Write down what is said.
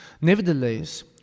Nevertheless